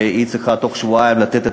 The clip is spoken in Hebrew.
והיא צריכה בתוך שבועיים לתת את